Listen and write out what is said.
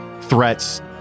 threats